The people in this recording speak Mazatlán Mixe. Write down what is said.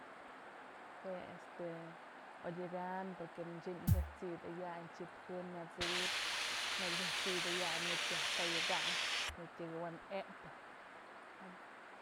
Jues este, odyëkam porque xi'im jyasi'itëyan chi'ip jë myat'sëb në ko'o jyasi'itëyan manytë yaj toyëkayn manytë tyëwanë epë.